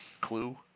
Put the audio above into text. Clue